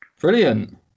Brilliant